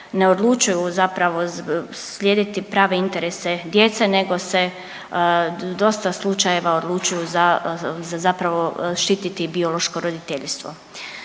ne odlučuju zapravo slijediti prave interese djece nego se dosta slučajeva odlučuju za, za zapravo štititi biološko roditeljstvo.